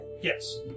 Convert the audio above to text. Yes